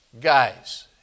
Guys